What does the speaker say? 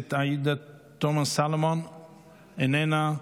הכנסת עאידה תומא סלימאן, איננה,